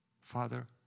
Father